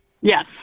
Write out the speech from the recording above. Yes